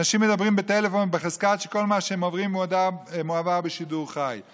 אנשים מדברים בטלפון בחזקת שכל מה שהם אומרים מועבר בשידור חי.